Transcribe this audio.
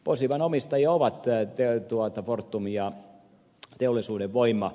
posivan omistajia ovat fortum ja teollisuuden voima